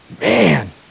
Man